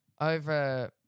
over